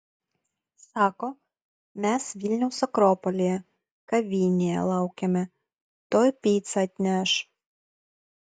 sako mes vilniaus akropolyje kavinėje laukiame tuoj picą atneš